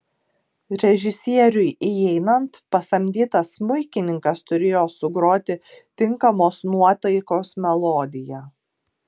režisieriui įeinant pasamdytas smuikininkas turėjo sugroti tinkamos nuotaikos melodiją